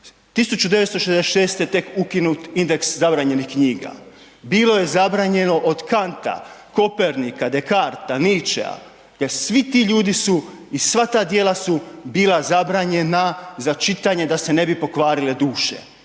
1966. je tek ukinut indeks zabranjenih knjiga. Bilo je zabranjeno od Kanta, Kopernika, Descartesa, Nicetzschea, jer svi ti ljudi su i sva da djela su bila zabranjena za čitanje, da se ne bi pokvarile duše.